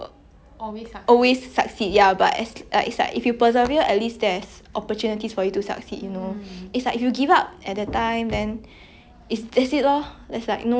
it's like if you give up at that time then it's that's it lor there's like no doors anymore like you just shut the doors already but if you continue like it's like how to say